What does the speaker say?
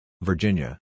Virginia